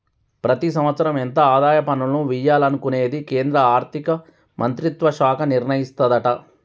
ప్రతి సంవత్సరం ఎంత ఆదాయ పన్నులను వియ్యాలనుకునేది కేంద్రా ఆర్థిక మంత్రిత్వ శాఖ నిర్ణయిస్తదట